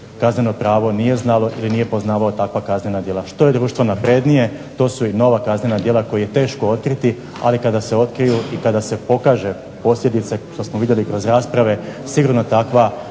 kazneni zakon nije znalo ili nije poznavao kaznena djela. Što je društvo naprednije to su i nova kaznena djela koja je teško otkriti ali kada se otkriju i posljedice što smo vidjeli kroz rasprave sigurno takva